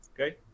Okay